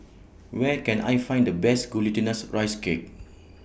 Where Can I Find The Best Glutinous Rice Cake